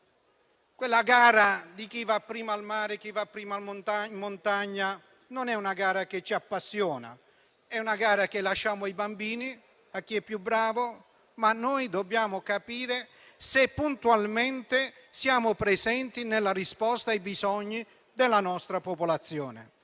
quella gara di chi va prima al mare, di chi va prima in montagna; non è una gara che ci appassiona e la lasciamo ai bambini, a chi è più bravo. Noi dobbiamo capire se puntualmente siamo presenti nel rispondere ai bisogni della nostra popolazione.